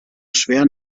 schwer